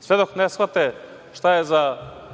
sve dok ne shvate šta je za